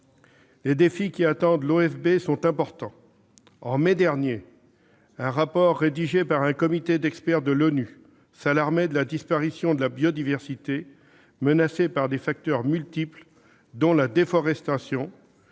Les défis qui attentent l'OFB sont importants. En mai dernier, un rapport rédigé par un comité d'experts de l'ONU s'alarmait de la disparition de la biodiversité, menacée par des facteurs multiples, dont la déforestation,